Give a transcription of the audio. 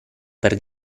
per